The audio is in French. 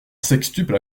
sextuple